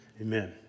amen